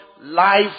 Life